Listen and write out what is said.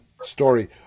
story